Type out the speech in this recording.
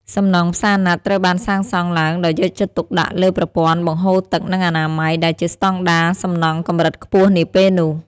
សំណង់ផ្សារណាត់ត្រូវបានសាងសង់ឡើងដោយយកចិត្តទុកដាក់លើប្រព័ន្ធបង្ហូរទឹក និងអនាម័យ ដែលជាស្តង់ដារសំណង់កម្រិតខ្ពស់នាពេលនោះ។